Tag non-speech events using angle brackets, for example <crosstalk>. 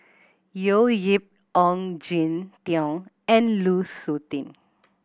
<unintelligible> Yip Ong Jin Teong and Lu Suitin